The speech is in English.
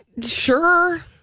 Sure